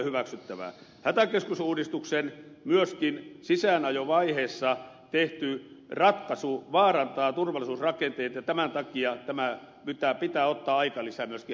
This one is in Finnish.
myöskin hätäkeskusuudistuksen sisäänajovaiheessa tehty ratkaisu vaarantaa turvallisuusrakenteita ja tämän takia pitää ottaa aikalisä myöskin hätäkeskusjärjestelmän osalta